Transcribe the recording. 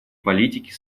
политики